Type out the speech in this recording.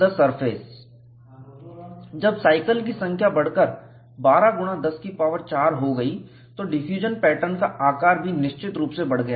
the surface जब cycle की संख्या बढ़कर 1210 की पावर 4 हो गई तो डिफ्यूजन पैटर्न का आकार भी निश्चित रूप से बढ़ गया